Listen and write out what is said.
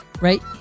right